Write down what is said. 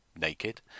naked